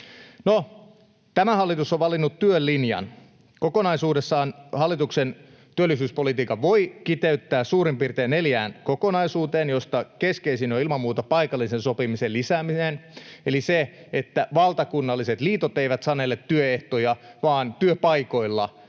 tämä hallitus on valinnut työn linjan. Kokonaisuudessaan hallituksen työllisyyspolitiikan voi kiteyttää suurin piirtein neljään kokonaisuuteen, joista keskeisin on ilman muuta paikallisen sopimisen lisääminen eli se, että valtakunnalliset liitot eivät sanele työehtoja, vaan työpaikoilla määritellään